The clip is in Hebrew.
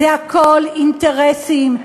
זה הכול אינטרסים,